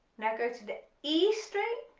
now go to the e string,